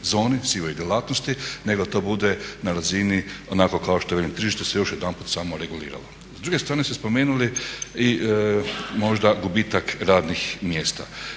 zoni, sivoj djelatnosti nego da to bude na razini onako kao što …/Govornik se ne razumije./… se još jedanput samo reguliralo. S druge strane ste spomenuli i možda gubitak radnih mjesta.